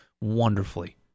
wonderfully